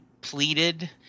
pleaded